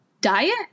diet